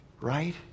right